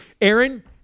Aaron